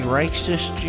racist